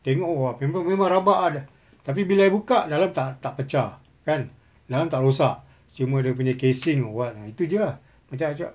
tengok oh memang rabak ah tapi bila I buka dalam tak tak pecah kan dalam tak rosak cuma dia punya casing or what ah itu jer ah macam I cakap